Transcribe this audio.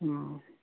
অঁ